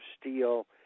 steel